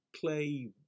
play